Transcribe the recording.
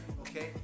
okay